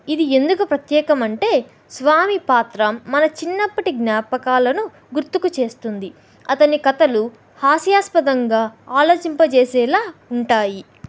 ఇది ఎందుకు ప్రత్యేకమంటే స్వామి పాత్ర మన చిన్నప్పటి జ్ఞాపకాలను గుర్తుకు చేస్తుంది అతని కథలు హాస్యాస్పదంగా ఆలోచింపజేసేలా ఉంటాయి